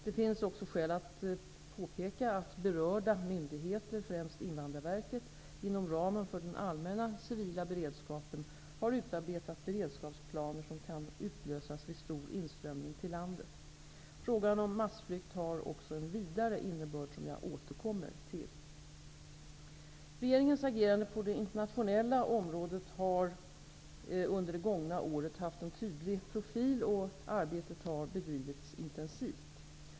Det finns dock skäl att påpeka att berörda myndigheter, främst Invandrarverket, inom ramen för den allmänna civila beredskapen, har utarbetat beredskapsplaner som kan utlösas vid stor inströmning till landet. Frågan om massflykt har också en vidare innebörd, som jag återkommer till. Regeringens agerande på det internationella området har under det gångna året haft en tydlig profil och arbetet har bedrivits intensivt.